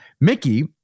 Mickey